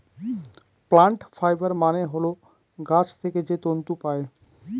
plant fibre মানে হল গাছ থেকে যে তন্তু পায়